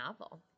novel